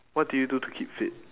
what do you do to keep fit